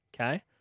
okay